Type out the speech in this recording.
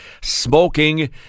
smoking